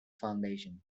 foundation